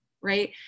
right